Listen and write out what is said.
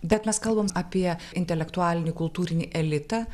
bet mes kalbam apie intelektualinį kultūrinį elitą